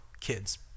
kids